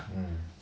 mmhmm